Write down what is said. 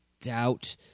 doubt